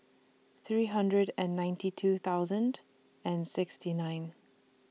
three hundred and ninety two thousand and sixty nine